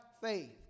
faith